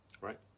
right